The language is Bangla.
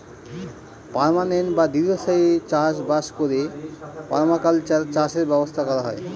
পার্মানেন্ট বা দীর্ঘস্থায়ী চাষ বাস করে পারমাকালচার চাষের ব্যবস্থা করা হয়